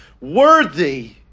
worthy